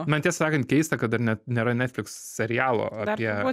man tiesą sakant keista kad dar net nėra netflix serialo apie